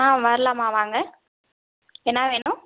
வரலாம்மா வாங்க என்ன வேணும்